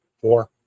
Four